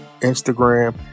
instagram